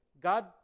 God